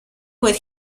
with